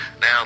Now